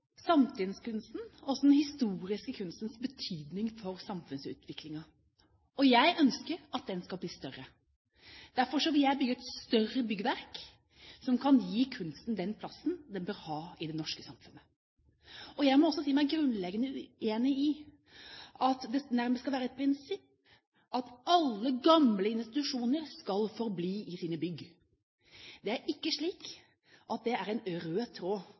den historiske kunstens betydning for samfunnsutviklingen. Jeg ønsker at den skal bli større. Derfor vil jeg bygge et større byggverk som kan gi kunsten den plassen den bør ha i det norske samfunnet. Jeg må også si meg grunnleggende uenig i at det nærmest skal være et prinsipp at alle gamle institusjoner skal forbli i sine bygg. Det er ikke slik at det er en rød tråd